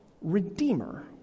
Redeemer